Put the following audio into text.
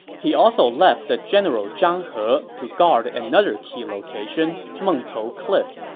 he also left the general zhang he to guard another key location, mengtou cliff.